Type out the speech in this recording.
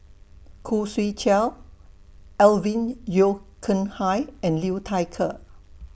Khoo Swee Chiow Alvin Yeo Khirn Hai and Liu Thai Ker